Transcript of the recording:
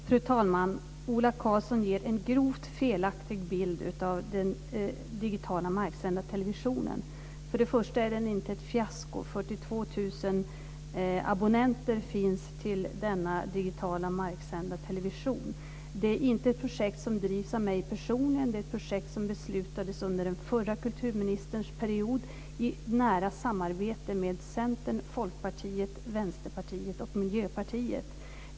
Herr talman! Ola Karlsson ger en grovt felaktig bild av den digitala marksända televisionen. Först och främst är den inte ett fiasko. 42 000 abonnenter finns till denna digitala marksända television. Det är inte ett projekt som drivs av mig personligen, utan ett projekt som beslutades under den förra kulturministerns period i nära samarbete med Centern, Folkpartiet, Vänsterpartiet och Miljöpartiet.